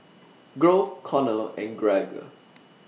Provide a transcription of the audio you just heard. Grove Konner and Gregg